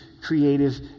creative